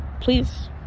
Please